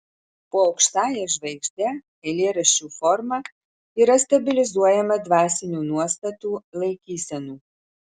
po aukštąja žvaigžde eilėraščių forma yra stabilizuojama dvasinių nuostatų laikysenų